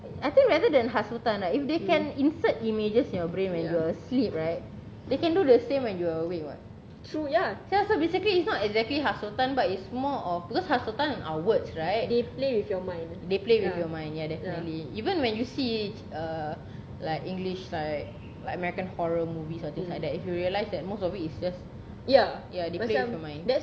I think rather than hasutan right if they can insert images in your brain when you're sleep right they can do the same when you are awake [what] ya so basically it's not exactly hasutan but it's more of because hasutan are words right they play with your mind ya definitely even when you see err like english like like american horror movies or things like that if you realise that most of it is just ya they play with your mind